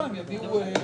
המדויק?